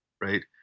right